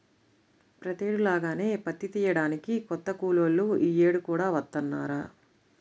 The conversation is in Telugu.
ప్రతేడు లాగానే పత్తి తియ్యడానికి కొత్త కూలోళ్ళు యీ యేడు కూడా వత్తన్నారా